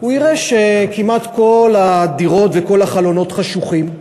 הוא יראה שכמעט כל הדירות וכמעט כל החלונות חשוכים.